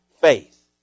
faith